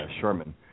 Sherman